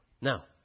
Now